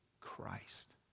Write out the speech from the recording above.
Christ